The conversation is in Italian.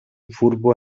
furbo